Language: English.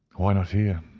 why not here,